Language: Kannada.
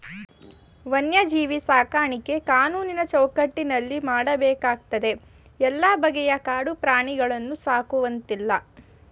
ವನ್ಯಜೀವಿ ಸಾಕಾಣಿಕೆ ಕಾನೂನಿನ ಚೌಕಟ್ಟಿನಲ್ಲಿ ಮಾಡಬೇಕಾಗ್ತದೆ ಎಲ್ಲ ಬಗೆಯ ಕಾಡು ಪ್ರಾಣಿಗಳನ್ನು ಸಾಕುವಂತಿಲ್ಲ